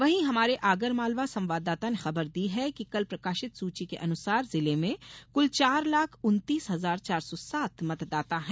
वहीं हमारे आगर मालवा संवाददाता ने खबर दी है कि कल प्रकाशित सुची के अनुसार जिले में कल चार लाख उन्तीस हजार चार सौ सात मतदाता हैं